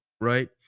Right